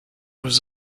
was